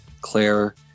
claire